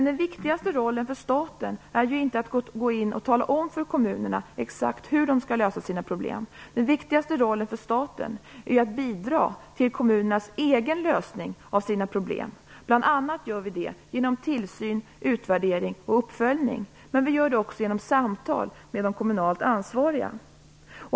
Den viktigaste rollen för staten är ju inte att tala om för kommunerna exakt hur de skall lösa sina problem. Den viktigaste rollen för staten är att bidra till kommunernas egen lösning av sina problem. Bl.a. gör vi det genom tillsyn, utvärdering och uppföljning. Men vi gör det också genom samtal med de kommunalt ansvariga.